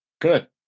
Good